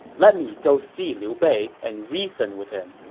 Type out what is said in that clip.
let me go see liu bei and reason with him.